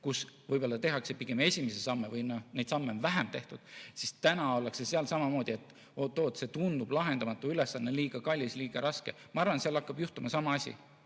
kus võib-olla tehakse alles esimesi samme või neid samme on vähem tehtud, ollakse praegu samamoodi seal, et oot-oot, see tundub lahendamatu ülesanne, liiga kallis, liiga raske. Ma arvan, et seal hakkab juhtuma sama asi.